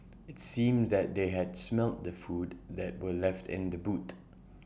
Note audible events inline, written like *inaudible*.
*noise* IT seemed that they had smelt the food that were left in the boot